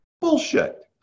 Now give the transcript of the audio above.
Bullshit